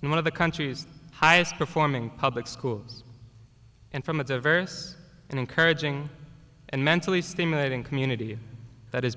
and one of the country's highest performing public schools and from a diverse and encouraging and mentally stimulating community that is